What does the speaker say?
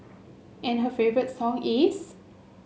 and her favourite song is